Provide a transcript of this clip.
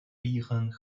ihren